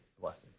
blessing